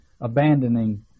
abandoning